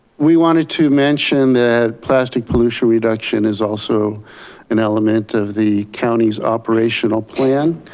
we wanted to mention that plastic pollution reduction is also an element of the county's operational plan.